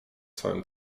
całym